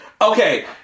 Okay